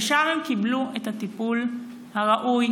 שם הן קיבלו את הטיפול הראוי,